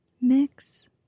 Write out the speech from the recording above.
Mix